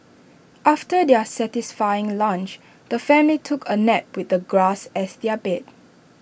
after their satisfying lunch the family took A nap with the grass as their bed